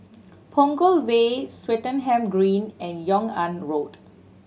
Punggol Way Swettenham Green and Yung An Road